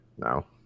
no